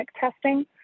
testing